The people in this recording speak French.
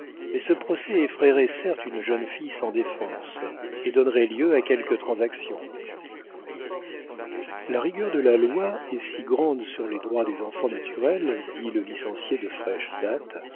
mais ce procès effraierait certes une jeune fille sans défense et donnerait lieu à quelque transaction la rigueur de la loi est si grande sur les droits des enfants naturels dit le licencié de fraîche date